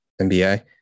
NBA